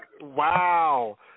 Wow